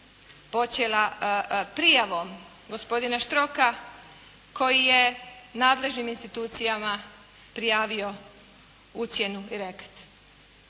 počela prijavom gospodina Štroka koji je nadležnim institucijama prijavio ucjenu i reket.